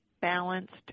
balanced